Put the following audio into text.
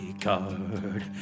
card